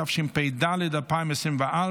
התשפ"ד 2024,